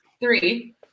three